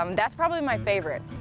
um that's probably my favorite.